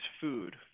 food